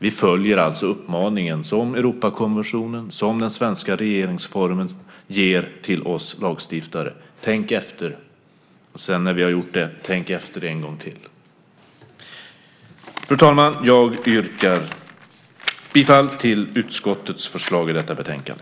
Vi följer alltså uppmaningen, som Europakonventionen och den svenska regeringsformen ger till oss lagstiftare: Tänk efter! När vi sedan har gjort det ska vi tänka efter en gång till. Fru talman! Jag yrkar bifall till utskottets förslag i detta betänkande.